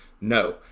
No